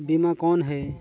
बीमा कौन है?